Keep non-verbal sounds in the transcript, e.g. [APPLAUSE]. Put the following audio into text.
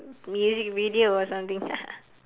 music video or something [LAUGHS]